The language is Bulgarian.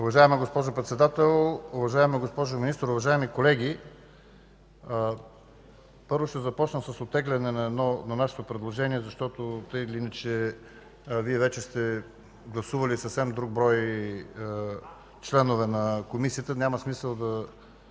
Уважаема госпожо Председател, уважаема госпожо Министър, уважаеми колеги! Първо ще започна с оттегляне на нашето предложение, тъй като Вие вече сте гласували съвсем друг брой членове на Комисията. Няма смисъл да